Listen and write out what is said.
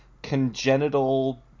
congenital